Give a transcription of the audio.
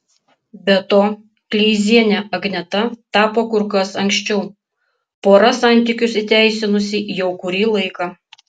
be to kleiziene agneta tapo kur kas anksčiau pora santykius įteisinusi jau kurį laiką